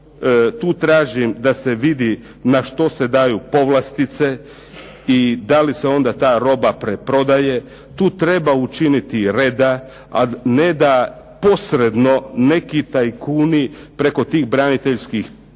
Tu tražim da se vidi na što se daju povlastice i da li se onda ta roba preprodaje. Tu treba učiniti reda, a ne da posredno neki tajkuni preko tih braniteljskih